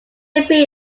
appeared